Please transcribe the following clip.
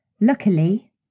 luckily